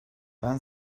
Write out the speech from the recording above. ben